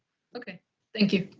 okay thank you.